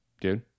dude